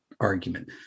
argument